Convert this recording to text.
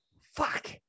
fuck